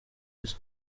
isi